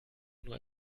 nur